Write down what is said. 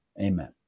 Amen